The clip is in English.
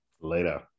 later